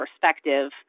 perspective